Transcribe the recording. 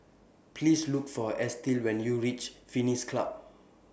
Please Look For Estill when YOU REACH Pines Club